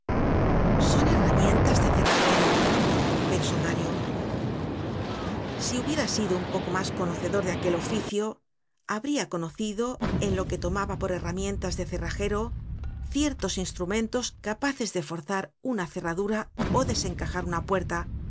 son herramientas de cerrajero pensó mario si hubiera sido un poco mas conocedor de aquel oficio habria conocido en lo que tomaba por herramientas de cerrajero ciertos instrumentos capaces de forzar una cerradura ó desencajar una puerta